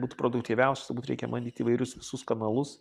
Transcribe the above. būtų produktyviausia reikia manyt įvairius visus kanalus